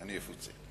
אני אפוצה.